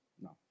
No